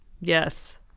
Yes